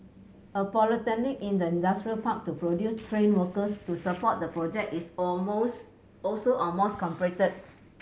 a polytechnic in the industrial park to produce trained workers to support the project is all most also almost completed